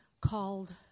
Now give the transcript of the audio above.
called